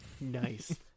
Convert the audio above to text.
Nice